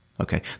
Okay